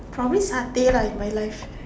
probably stay lah it's my life